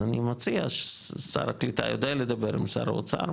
אז אני מציע ששר הקליטה יודע לדבר עם שר האוצר,